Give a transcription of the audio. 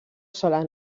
sola